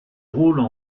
rôles